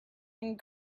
and